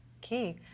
key